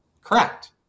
Correct